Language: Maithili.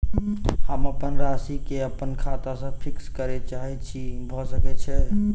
हम अप्पन राशि केँ अप्पन खाता सँ फिक्स करऽ चाहै छी भऽ सकै छै?